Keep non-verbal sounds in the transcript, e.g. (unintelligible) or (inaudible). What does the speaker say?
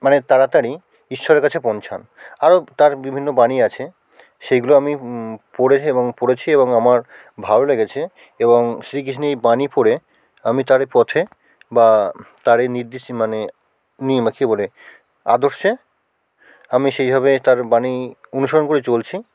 মানে তাড়াতাড়ি ঈশ্বরের কাছে পৌঁছান আরও তাঁর বিভিন্ন বাণী আছে সেইগুলো আমি পড়েছি এবং পড়েছি এবং আমার ভালো লেগেছে এবং শ্রীকৃষ্ণের এই বাণী পড়ে আমি তাঁর এ পথে বা তাঁর এই নির্দেশে মানে (unintelligible) বলে আদর্শে আমি সেইভাবে তাঁর বাণী অনুসরণ করে চলছি